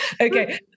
okay